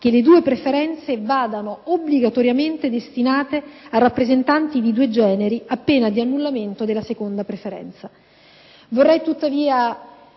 che le due preferenze vadano obbligatoriamente destinate a rappresentanti di due generi, a pena di annullamento della seconda preferenza.